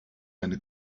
eine